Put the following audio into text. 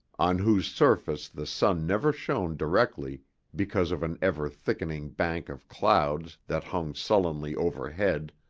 on whose surface the sun never shone directly because of an ever-thickening bank of clouds that hung sullenly overhead,